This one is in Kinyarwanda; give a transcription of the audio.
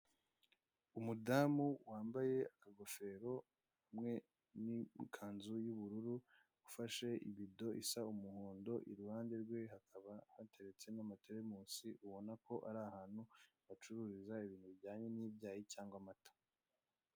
Umudamu wambaye akagafero hamwe n'ikanzu y'ubururu afashe ibido isa umuhondo, iruhande rwe hakaba hateretsemo amateremusi ubona ko ari ahantu bacururiza ibintu bijyanye n'ibyayi cyangwa amata.